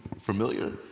familiar